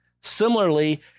Similarly